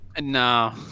No